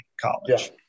college